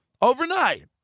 overnight